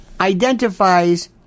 identifies